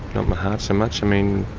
not my heart so much. i mean.